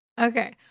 Okay